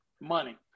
money